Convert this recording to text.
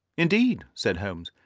indeed, said holmes.